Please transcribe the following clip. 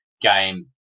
game